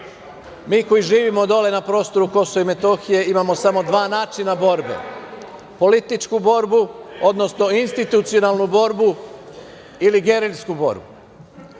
koji živimo dole na prostoru Kosova i Metohije imamo samo dva načina borbe – političku borbu, odnosno institucionalnu borbu ili gerilsku borbu.